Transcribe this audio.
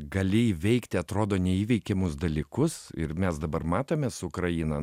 gali įveikti atrodo neįveikiamus dalykus ir mes dabar matome su ukraina